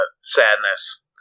sadness